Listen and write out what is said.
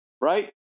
Right